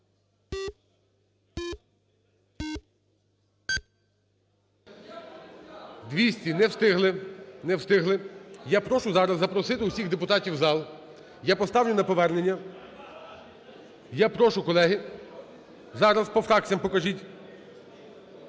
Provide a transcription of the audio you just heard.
встигли, не встигли. Я прошу зараз запросити усіх депутатів в зал. Я поставлю на повернення. Я прошу, колеги… Зараз по фракціях покажіть.